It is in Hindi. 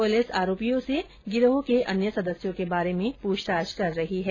पुलिस आरोपियों से गिरोह के अन्य सदस्यों के बारे में पुछताछ कर रही है